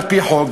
על-פי חוק,